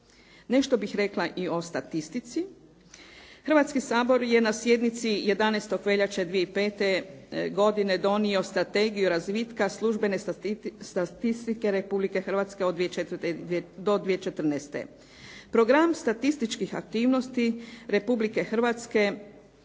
Nešto bih rekla i o statistici, Hrvatski sabor je na sjednici 11. veljače 2005. godine donio Strategiju razvitka službene statistike Republike Hrvatske do 2014. Program statističkih aktivnosti Republike Hrvatske